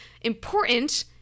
important